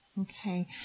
Okay